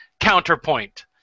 Counterpoint